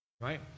right